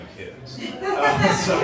kids